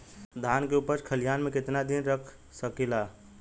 धान के उपज खलिहान मे कितना दिन रख सकि ला?